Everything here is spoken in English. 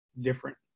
different